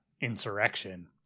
insurrection